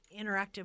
interactive